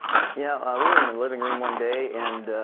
yeah ah we were in the living room one day and